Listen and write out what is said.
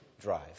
drive